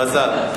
מזל.